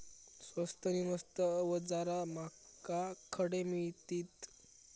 स्वस्त नी मस्त अवजारा माका खडे मिळतीत?